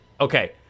Okay